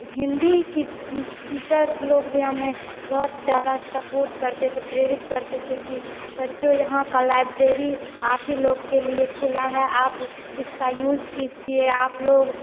हिंदी के टीचर्स लोग भी हमें बहुत ज़्यादा सपोर्ट करते थे प्रेरित करते थे कि बच्चों यहाँ की लाइब्रेरी आप ही लोग के लिए खुली है आप इसका यूज़ कीजिए आपलोग